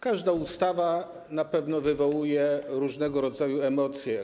Każda ustawa na pewno wywołuje różnego rodzaju emocje.